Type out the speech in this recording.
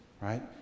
right